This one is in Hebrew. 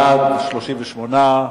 בעד, 38,